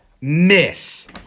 miss